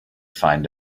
find